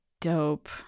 dope